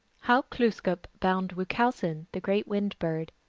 how glooskap bound wuchowsen, the great wind-bird,